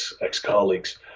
ex-colleagues